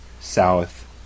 South